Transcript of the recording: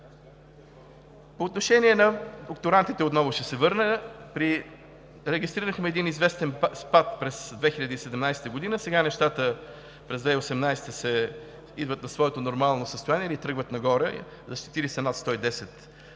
По отношение на докторантите отново ще се върна – регистрирахме един известен спад през 2017 г. Сега нещата през 2018 г. идват на своето нормално състояние или тръгват нагоре – защитили